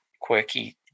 quirky